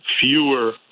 fewer